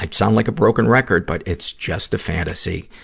like sound like a broken record, but it's just a fantasy.